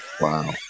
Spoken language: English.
Wow